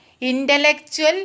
intellectual